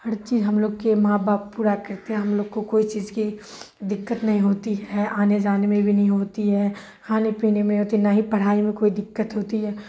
ہر چیز ہم لوگ کے ماں باپ پورا کرتے ہیں ہم لوگ کو کوئی چیز کی دقت نہیں ہوتی ہے آنے جانے میں بھی نہیں ہوتی ہے کھانے پینے ہوتی نہ ہی پڑھائی میں کوئی دقت ہوتی ہے